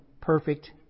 perfect